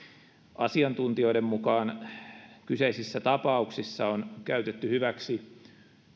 asiantuntijoiden mukaan kyseisissä tapauksissa on käytetty hyväksi